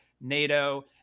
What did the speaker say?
NATO